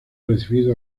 recibido